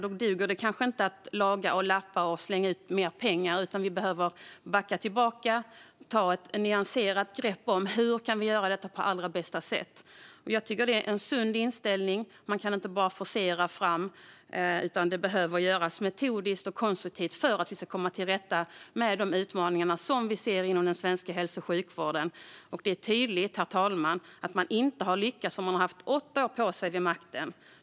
Då duger det kanske inte att lappa och laga och slänga ut mer pengar på det, utan vi behöver backa tillbaka och få en nyanserad bild av hur vi kan göra detta på bästa sätt. Jag tycker att det är en sund inställning. Man kan inte bara kan forcera fram detta, utan det behöver göras metodiskt och konstruktivt för att vi ska komma till rätta med de utmaningar som vi ser i den svenska hälso och sjukvården. Det är tydligt, herr talman, att man inte har lyckats om man har haft åtta år på sig vid makten.